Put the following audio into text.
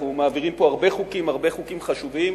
אנחנו מעבירים פה הרבה חוקים, הרבה חוקים חשובים,